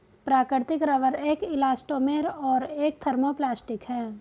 प्राकृतिक रबर एक इलास्टोमेर और एक थर्मोप्लास्टिक है